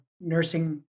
nursing